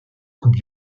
coupe